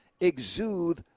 exude